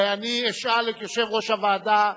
ואני אשאל את יושב-ראש הוועדה,